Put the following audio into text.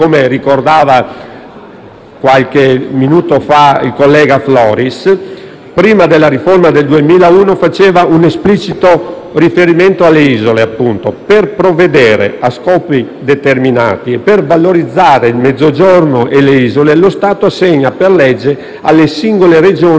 qualche minuto fa il collega Floris, prima della riforma del 2001, faceva un esplicito riferimento alle isole: «Per provvedere a scopi determinati, e particolarmente per valorizzare il Mezzogiorno e le isole, lo Stato assegna per legge a singole Regioni contributi speciali».